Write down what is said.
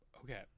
Okay